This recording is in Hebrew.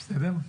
נפץ ביטחוניים'.